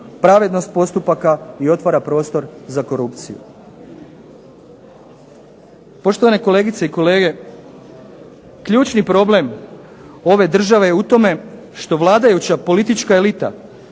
pravednost postupaka i otvara prostor za korupciju. Poštovane kolegice i kolege, ključni problem ove države je u tome što vladajuća politička elita